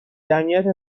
جمعیت